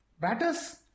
Batters